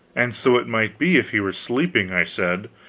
and so it might be, if he were sleeping, i said,